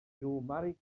marry